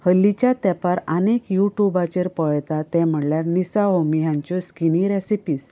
हल्लिच्या तेपार आमी युट्युबाचेर पळयतात ते म्हणल्यार निसा ओमी हांच्यो स्किनी रॅसिपीझ